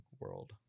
world